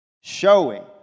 Showing